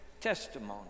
testimony